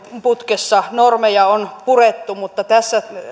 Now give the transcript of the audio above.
putkessa normeja on purettu mutta tässä